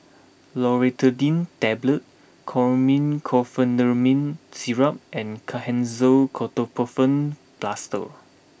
Loratadine Tablets Chlormine Chlorpheniramine Syrup and Kenhancer Ketoprofen Plaster